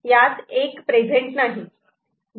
यात '1' प्रेझेंट नाही